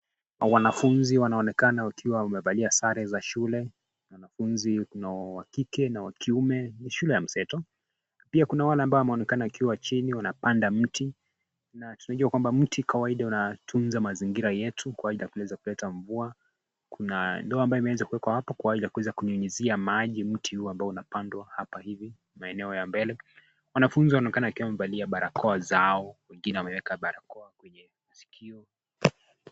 Wanafunzi wanaonekana wakiwa wamevalia sare za shule, na wanafunzi unao wa kike na wa kiume. Ni shule ya mseto. Pia kuna wale ambao wameonekana wakiwa chini wanapanda mti, na tunajua kwamba mti kawaida unatunza mazingira yetu kwa ajili ya kuweza kuleta mvua. Kuna ndoo ambayo imeweza kuwekwa hapo, kwa ajili ya kuweza kunyunyizia maji mti huu ambao unapandwa hapa hivi, maeneo ya mbele. Wanafunzi wanaonekana kama wamevalia barakoa zao, wengine wameweka barakoa kwenye sikio.